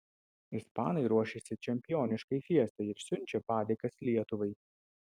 ispanai ruošiasi čempioniškai fiestai ir siunčia padėkas lietuvai